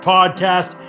Podcast